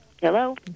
Hello